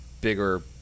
bigger